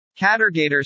Catergator's